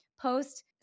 post